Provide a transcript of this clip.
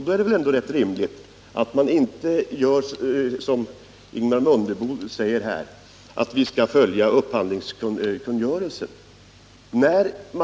Då är det väl ändå rätt rimligt att man inte gör som Ingemar Mundebo och bara säger att vi skall följa upphandlingskungörelsen.